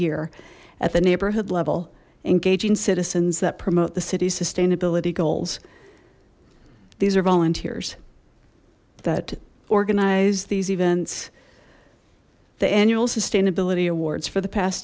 year at the neighborhood level engaging citizens that promote the city's sustainability goals these are volunteers that organized these events the annual sustainability awards for the past